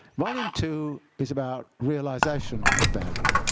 volume two is about realization of value,